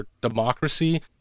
democracy